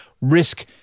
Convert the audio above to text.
risk